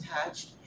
attached